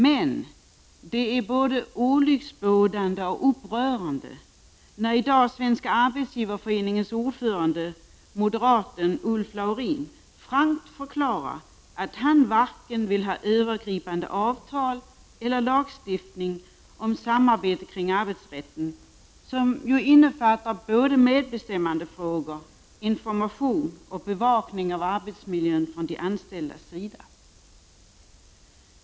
Däremot är det både olycksbådande och upprörande när Svenska arbetsgivareföreningens ordförande, moderaten Ulf Laurin, i dag frankt förklarar att han varken vill ha övergripande avtal eller lagstiftning om samarbete kring arbetsrätten, som innefattar medbestämmandefrågor, information och bevakning av arbetsmiljön från de anställdas sida.